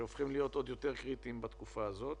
שהופכים להיות עוד יותר קריטיים בתקופה הזאת.